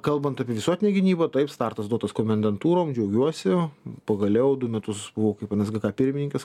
kalbant apie visuotinę gynybą taip startas duotas komendantūrom džiaugiuosi pagaliau du metus buvau kaip nsgk pirmininkas